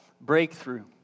breakthrough